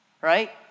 right